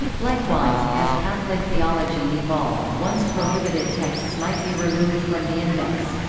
likewise, as catholic theology evolved, once-prohibited texts might be removed from the index.